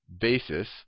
basis